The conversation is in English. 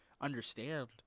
understand